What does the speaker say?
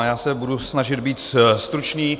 Já se budu snažit být stručný.